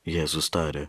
jėzus tarė